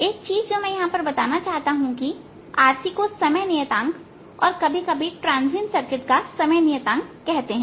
एक चीज जो मैं यहां पर बताना चाहता हूं कि RC को समय नियतांक कभी कभी ट्रांजियंट सर्किट का समय नियतांक कहते हैं